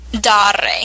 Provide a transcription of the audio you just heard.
Dare